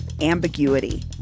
ambiguity